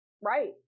Right